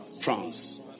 France